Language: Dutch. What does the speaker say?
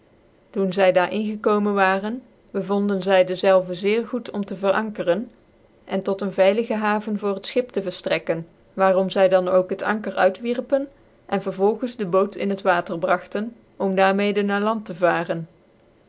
doen zv daar ingekomen waren bcvondea zy dezelve zeer goed om tc aneen neger j ankeren en tot ccn veilige haven voor het schip tc verftrckkcn waarom zy dan ook het anker uitwierpen cn vervolgens de root in t water bragten om daar mede na land tc varen